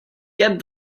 get